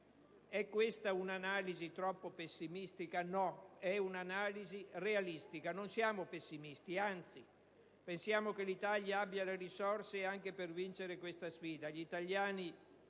È questa un'analisi troppo pessimistica? No, è un'analisi realistica. Non siamo pessimisti. Anzi, pensiamo che l'Italia abbia le risorse anche per vincere questa sfida.